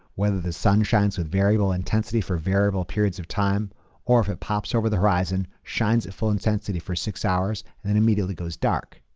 whether the sun shines with variable intensity for variable periods of time or if it pops over the horizon, shines at full intensity for six hours and then immediately goes dark.